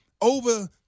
over